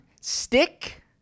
stick